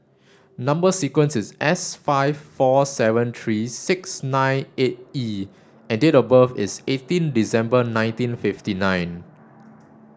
number sequence is S five four seven three six nine eight E and date of birth is eighteen December nineteen fifty nine